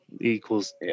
equals